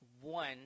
One